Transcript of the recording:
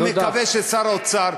אני מקווה ששר האוצר,